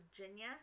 Virginia